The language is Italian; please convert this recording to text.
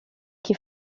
chi